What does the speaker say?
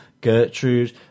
Gertrude